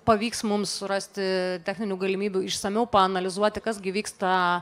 pavyks mums surasti techninių galimybių išsamiau paanalizuoti kas gi vyksta